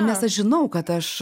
nes aš žinau kad aš